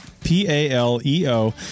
P-A-L-E-O